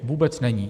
Vůbec není.